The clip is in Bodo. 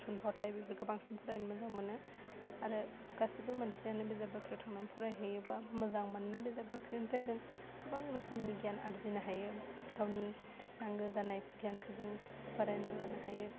थुनफावथाइ बेफोरखौ बांसिन फरायनो मोजां मोनो आरो गासिबो मानसियानो बिजाब बाख्रियाव थांनानै फरायहैयोबा मोजां मानोना बिजाब बाख्रिनिफ्राय जों गोबां रोखोमनि गियान आरजिनो हायो गावनि नांगो जानाय गियानखो जों बारायना लानो हायो